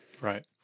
Right